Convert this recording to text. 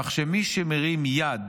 כך שמי שמרים יד